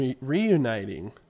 reuniting